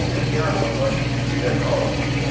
कृपया हमर सूची देखाउ